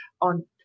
on